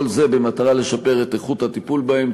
כל זה במטרה לשפר את איכות הטיפול בהם.